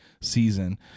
season